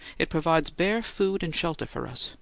it provides bare food and shelter for us,